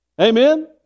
amen